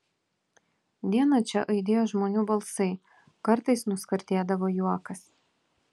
dieną čia aidėjo žmonių balsai kartais nuskardėdavo juokas